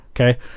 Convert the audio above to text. Okay